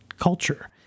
culture